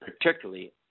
particularly